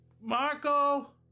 Marco